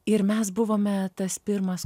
ir mes buvome tas pirmas